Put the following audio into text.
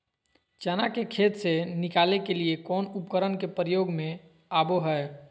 चना के खेत से निकाले के लिए कौन उपकरण के प्रयोग में आबो है?